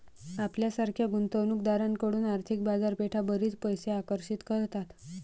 आपल्यासारख्या गुंतवणूक दारांकडून आर्थिक बाजारपेठा बरीच पैसे आकर्षित करतात